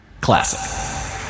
Classic